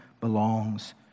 belongs